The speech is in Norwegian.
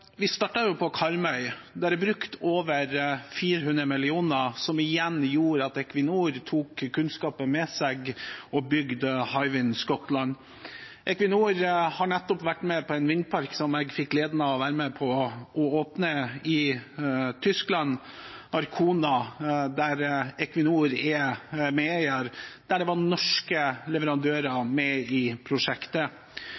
Vi startet jo på Karmøy. Det er brukt over 400 mill. kr, som igjen gjorde at Equinor tok kunnskapen med seg og bygde Hywind Scotland. Equinor har nettopp vært med på en vindpark i Tyskland, Arkona, som jeg fikk gleden av å være med og åpne, der Equinor er medeier, og der det var norske leverandører